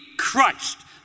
Christ